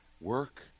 Work